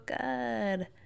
good